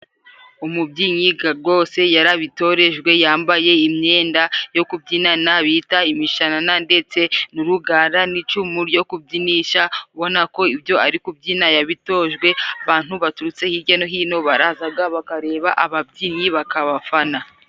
Umubyinnyiga rwose yarabitorejwe, yambaye imyenda yo kubyinana bita imishanana, ndetse n' urugara n'icumu ryo kubyinisha, ubona ko ibyo ari kubyina yabitojwe, abantu baturutse hijya no hino barazaga bakarebaga ababyinnyi bakabafana.